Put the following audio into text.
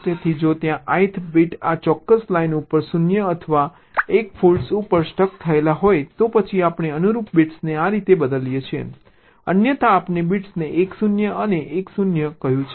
તેથી જો ત્યાં આ ith બીટ આ ચોક્કસ લાઇન ઉપર 0 અથવા 1 ફોલ્ટ ઉપર સ્ટક થયેલા હોય તો પછી આપણે અનુરૂપ બિટ્સને આ રીતે બદલીએ છીએ અન્યથા આપણે બિટ્સને 1 0 અને 1 0 કહ્યું છે